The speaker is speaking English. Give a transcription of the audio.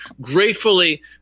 gratefully